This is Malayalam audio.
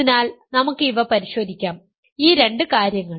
അതിനാൽ നമുക്ക് ഇവ പരിശോധിക്കാം ഈ രണ്ട് കാര്യങ്ങൾ